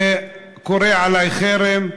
שקורא עלי חרם?